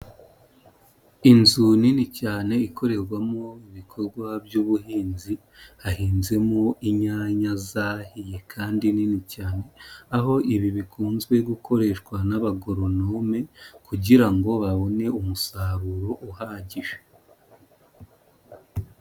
Inzu nini cyane ikorerwamo ibikorwa by'ubuhinzi, hahinzemo inyanya zahiye kandi nini cyane, aho ibi bikunze gukoreshwa n'abagoronome kugira ngo babone umusaruro uhagije.